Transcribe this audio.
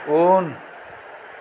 उन